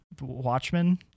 Watchmen